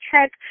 check